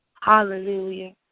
Hallelujah